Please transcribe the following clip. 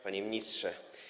Panie Ministrze!